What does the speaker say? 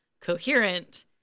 coherent